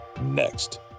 Next